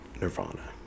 Nirvana